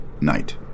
night